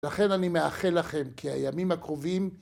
לכן אני מאחל לכם כי הימים הקרובים...